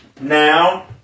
now